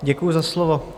Děkuji za slovo.